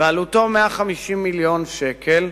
ועלותו 150 מיליון שקל.